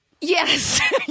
Yes